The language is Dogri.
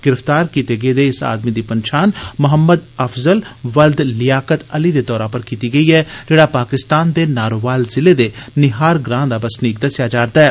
गिरफ्तार आदमी दी पन्छान मोहम्मद अफज़ल वल्द लिआकत अली दे तौरा पर कीती गेई ऐ जेड़ा पाकिस्तान दे नारोबाल जिले दे निहार ग्रां दा बसनीक दस्सेया जा'रदा ऐ